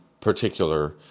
particular